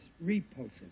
repulsive